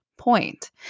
Point